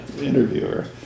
interviewer